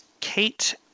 Kate